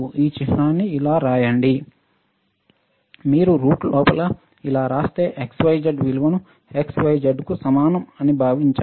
ఈ చిహ్నాన్ని ఇలా రాయండి మీరు రూట్ లోపల ఇలా వ్రాస్తే x y z విలువను x y z కు సమానం అని భావించండి